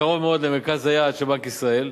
קרוב מאוד למרכז היעד של בנק ישראל.